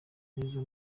neza